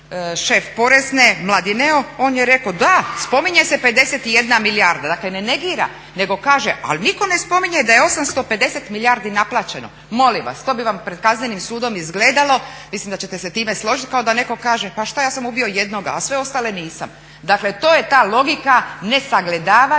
šef porezne Mladineo, on je rekao da spominje se 51 milijarda ne negira, nego kaže, ali nitko ne spominje da je 850 milijardi naplaćeno. Molim vas to bi vam pred kaznenim sudom izgledalo mislim da ćete se time složiti kao da netko kaže pa šta ja sam ubio jednoga, a sve ostale nisam. Dakle to je ta logika ne sagledavanja